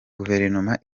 guverinoma